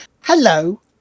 Hello